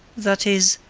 that is,